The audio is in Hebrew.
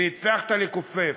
והצלחת לכופף,